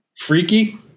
freaky